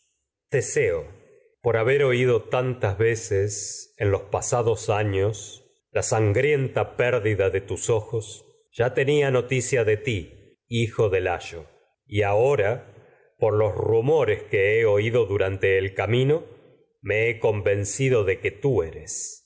teseo por haber años oído tantas veces en los pasados la sangrienta pérdida de y tus ojos ya tenía noti cia de ti hijo de layo el ahora por los rumores que he me oído durante camino he convencido de que tú eres